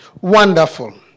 Wonderful